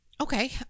Okay